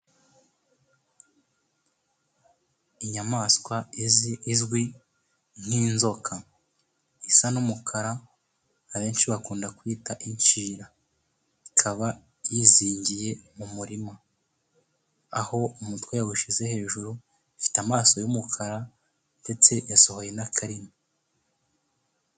Inyamaswa izi izwi nk'inzoka isa n'umukara abenshi bakunda kwita inshira, ikaba yizingiye mu murima aho umutwe yawushyize hejuru ifite amaso y'umukara ndetse yasohoye na karimi.